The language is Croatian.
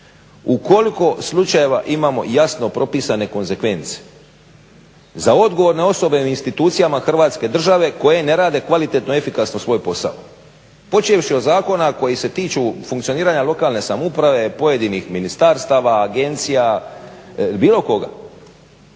koliko slučajeva imamo jasno propisane konzekvence. Za odgovor na …/Govornik se ne razumije./… institucijama Hrvatske države koje ne rade kvalitetno, efikasno svoj posao. Počevši od zakona koji se tiču funkcioniranja lokalne samouprave, pojedinih ministarstava, agencije, bilo koga.